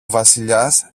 βασιλιάς